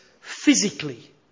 physically